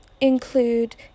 include